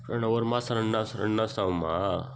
ரெண் ஒரு மாதம் ரெண்டு நாள் ரெண்டு நாள் ஆகுமா